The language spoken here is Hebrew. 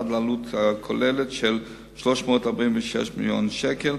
עד לעלות כוללת של 346 מיליון שקל.